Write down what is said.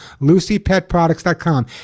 LucyPetProducts.com